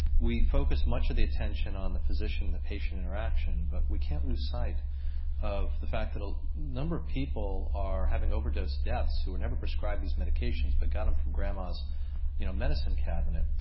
we focus much of the attention on the physician-patient interaction, but we can't lose sight of the fact that a number of people are having overdose deaths who were never prescribed these medications but got them from grandma's you know medicine cabinet.